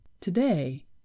Today